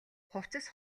хувцас